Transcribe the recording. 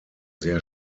sehr